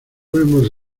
vemos